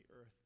earth